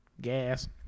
gas